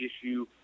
issue